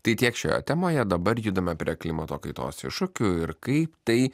tai tiek šioje temoje dabar judame prie klimato kaitos iššūkių ir kaip tai